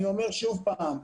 אני אומר עוד פעם.